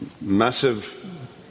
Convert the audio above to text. massive